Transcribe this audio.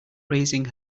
raising